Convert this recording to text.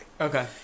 Okay